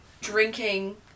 drinking